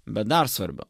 bet dar svarbiau